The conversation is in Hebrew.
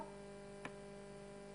יש בעיה טכנית.